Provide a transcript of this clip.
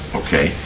okay